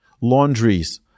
Laundries